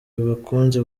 bakunzi